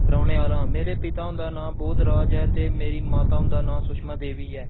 रौह्ने आह्लांं मेरे पिता हुंदा नांऽ बोधराज ऐ ते मेरी माता हुंदा नांऽ सुषमा देवी ऐ